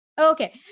Okay